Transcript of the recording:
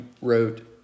wrote